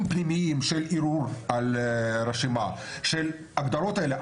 פנימיים של ערעור על הרשימה ועל ההגדרות האלה.